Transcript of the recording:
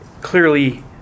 clearly